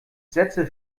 sätze